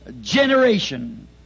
generation